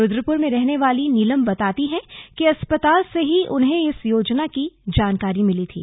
रुद्रपुर में रहने वाली नीलम बताती हैं कि अस्पताल से ही उन्हें इस योजना की जानकारी मिली थी